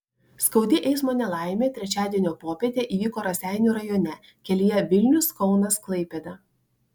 skaudi eismo nelaimė trečiadienio popietę įvyko raseinių rajone kelyje vilnius kaunas klaipėda